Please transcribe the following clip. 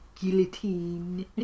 guillotine